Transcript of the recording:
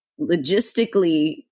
logistically